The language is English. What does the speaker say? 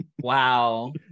Wow